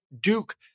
Duke